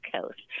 coast